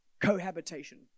cohabitation